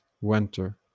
winter